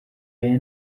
aya